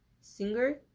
singer